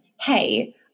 Hey